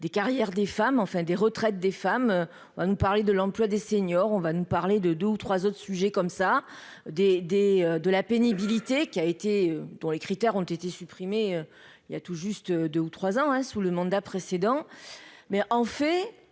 des carrières des femmes, enfin des retraites des femmes : on va nous parler de l'emploi des seniors, on va nous parler de 2 ou 3 autres sujets comme ça des, des, de la pénibilité qui a été dont les critères ont été supprimés, il y a tout juste 2 ou 3 ans sous le mandat précédent,